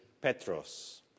Petros